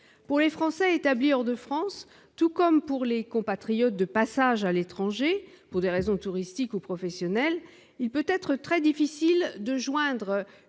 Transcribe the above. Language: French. pour les Français établis hors de France, tout comme pour les compatriotes de passage à l'étranger pour des raisons touristiques ou professionnels, il peut être très difficile de joindre